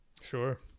Sure